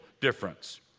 difference